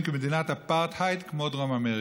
כמדינת אפרטהייד כמו דרום אפריקה.